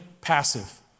passive